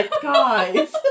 guys